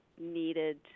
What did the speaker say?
needed